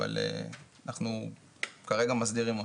אבל אנחנו כרגע מסדירים אותו.